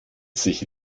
sich